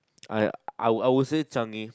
I I will I will say Changi